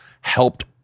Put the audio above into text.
helped